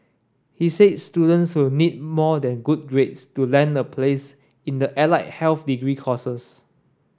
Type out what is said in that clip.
he said students will need more than good grades to land a place in the allied health degree courses